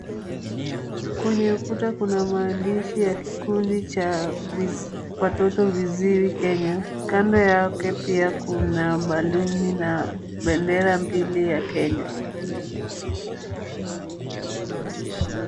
Kwenye ukuta kuna maandishi ya kikundi cha watoto viziwi Kenya. Kando yake pia kuna baluni na bendera mbili ya Kenya.